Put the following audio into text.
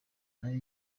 nayo